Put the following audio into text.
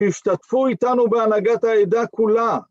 השתתפו איתנו בהנהגת העדה כולה